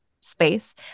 space